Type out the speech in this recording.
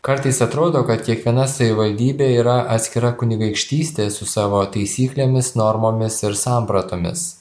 kartais atrodo kad kiekviena savivaldybė yra atskira kunigaikštystė su savo taisyklėmis normomis ir sampratomis